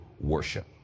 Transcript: worship